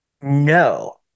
No